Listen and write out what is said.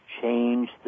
change